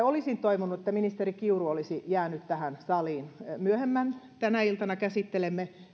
olisin toivonut että ministeri kiuru olisi jäänyt tähän saliin myöhemmin tänä iltana käsittelemme